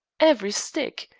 every stick.